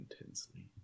intensely